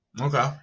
Okay